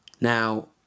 Now